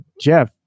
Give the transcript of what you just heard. Jeff